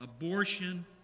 Abortion